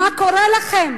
מה קורה לכם?